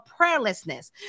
prayerlessness